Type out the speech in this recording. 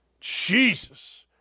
Jesus